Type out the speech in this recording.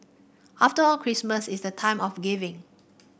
after all Christmas is the time of giving